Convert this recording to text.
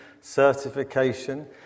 certification